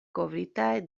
kovritaj